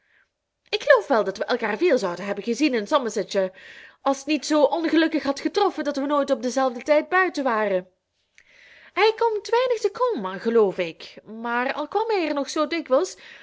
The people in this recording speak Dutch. ik geloof wel dat we elkaar veel zouden hebben gezien in somersetshire als t niet zoo ongelukkig had getroffen dat we nooit op denzelfden tijd buiten waren hij komt weinig te combe geloof ik maar al kwam hij er nog zoo dikwijls